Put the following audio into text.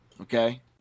Okay